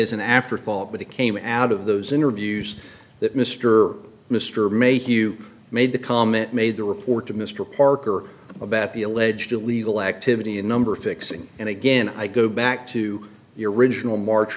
as an afterthought but it came out of those interviews that mr mr made you made the comment made the report to mr parker about the alleged illegal activity and number fixing and again i go back to your original march